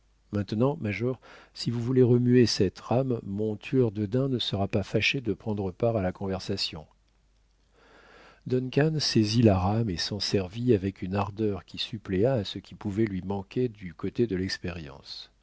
maintenant major si vous voulez remuer cette rame mon tueur de daims ne sera pas fâché de prendre part à la conversation duncan saisit la rame et s'en servit avec une ardeur qui suppléa à ce qui pouvait lui manquer du côté de l'expérience